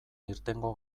irtengo